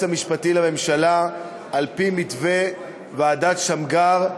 המשפטי לממשלה על-פי מתווה ועדת שמגר,